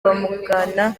bamugana